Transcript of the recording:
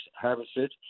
harvested